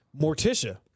Morticia